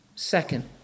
Second